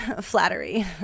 flattery